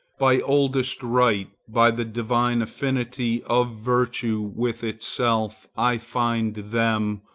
by oldest right, by the divine affinity of virtue with itself, i find them,